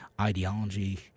ideology